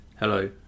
Hello